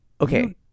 okay